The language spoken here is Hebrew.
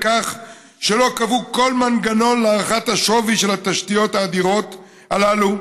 בכך שלא קבעו כל מנגנון להערכת השווי של התשתיות האדירות האלה,